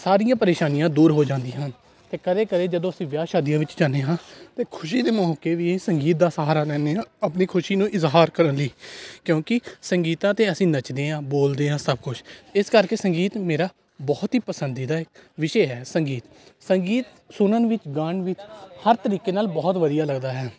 ਸਾਰੀਆਂ ਪਰੇਸ਼ਾਨੀਆਂ ਦੂਰ ਹੋ ਜਾਂਦੀਆਂ ਹਨ ਅਤੇ ਕਦੇ ਕਦੇ ਜਦੋਂ ਅਸੀਂ ਵਿਆਹ ਸ਼ਾਦੀਆਂ ਵਿੱਚ ਜਾਂਦੇ ਹਾਂ ਅਤੇ ਖੁਸ਼ੀ ਦੇ ਮੌਕੇ ਵੀ ਸੰਗੀਤ ਦਾ ਸਹਾਰਾ ਲੈਂਦੇ ਹਾਂ ਆਪਣੀ ਖੁਸ਼ੀ ਨੂੰ ਇਜ਼ਹਾਰ ਕਰਨ ਲਈ ਕਿਉਂਕਿ ਸੰਗੀਤਾਂ 'ਤੇ ਅਸੀਂ ਨੱਚਦੇ ਹਾਂ ਬੋਲਦੇ ਹਾਂ ਸਭ ਕੁਛ ਇਸ ਕਰਕੇ ਸੰਗੀਤ ਮੇਰਾ ਬਹੁਤ ਹੀ ਪਸੰਦੀਦਾ ਵਿਸ਼ੇ ਹੈ ਸੰਗੀਤ ਸੰਗੀਤ ਸੁਣਨ ਵਿੱਚ ਗਾਉਣ ਵਿੱਚ ਹਰ ਤਰੀਕੇ ਨਾਲ ਬਹੁਤ ਵਧੀਆ ਲੱਗਦਾ ਹੈ